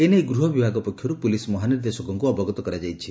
ଏ ନେଇ ଗୂହ ବିଭାଗ ପକ୍ଷରୁ ପୁଲିସ୍ ମହାନିର୍ଦ୍ଦେଶକଙ୍କୁ ଅବଗତ କରାଯାଇଛି